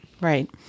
Right